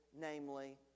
namely